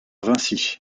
vinci